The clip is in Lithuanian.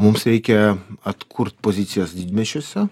mums reikia atkurt pozicijas didmiesčiuose